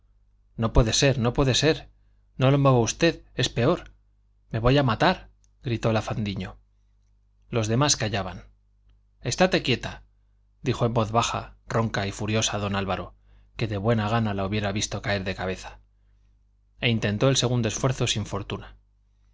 no puede usted no puede usted no lo mueva usted es peor me voy a matar gritó la fandiño los demás callaban estate quieta dijo en voz baja ronca y furiosa don álvaro que de buena gana la hubiera visto caer de cabeza e intentó el segundo esfuerzo sin fortuna